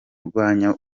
kurwanya